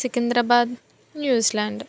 Secunderabad New Zealand